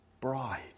bride